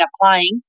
applying